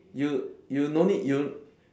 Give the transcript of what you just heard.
you you no need you